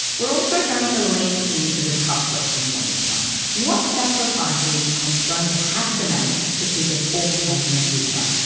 we're also going to lean in to the tough questions on this one what sacrifices are we going to have to make to keep us all safe in the future?